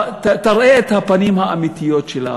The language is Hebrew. תראה את הפנים האמיתיות שלה.